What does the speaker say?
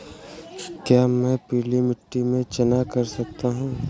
क्या मैं पीली मिट्टी में चना कर सकता हूँ?